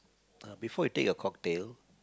uh before you take your cocktail